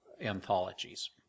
anthologies